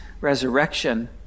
resurrection